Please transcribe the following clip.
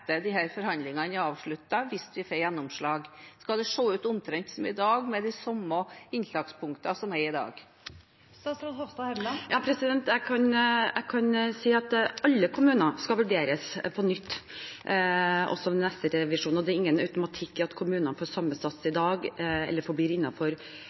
forhandlingene er avsluttet, hvis vi får gjennomslag? Skal det se ut omtrent som nå, med de samme innslagspunktene som er i dag? Jeg kan si at alle kommuner skal vurderes på nytt også ved neste revisjon, og det er ingen automatikk i at kommuner får samme sats eller forblir innenfor den ordningen som de er i